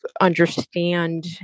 understand